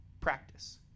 practice